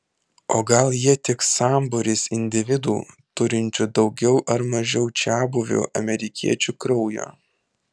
o gal jie tik sambūris individų turinčių daugiau ar mažiau čiabuvių amerikiečių kraujo